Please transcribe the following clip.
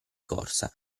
corsa